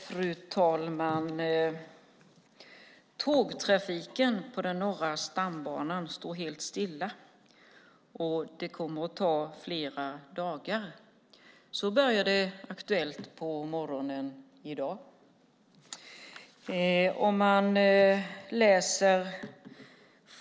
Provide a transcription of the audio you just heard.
Fru talman! Tågtrafiken på Norra stambanan står helt stilla, och det kommer att vara flera dagar. Så började Aktuellt på morgonen i dag.